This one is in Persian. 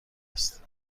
است